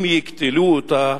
אם יקטלו אותה,